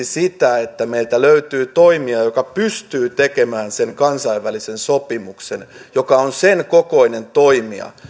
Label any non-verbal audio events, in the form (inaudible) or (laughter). (unintelligible) sitä että meiltä löytyy toimija joka pystyy tekemään sen kansainvälisen sopimuksen ja joka on sen kokoinen toimija että